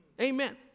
Amen